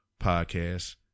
podcast